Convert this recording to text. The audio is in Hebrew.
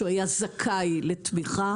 כשהוא היה זכאי לתמיכה.